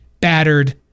battered